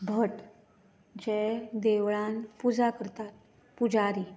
भट जे देवळान पुजा करतात पुजारी